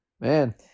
Man